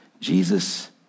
Jesus